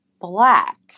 black